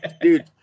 dude